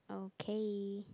okay